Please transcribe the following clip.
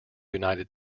united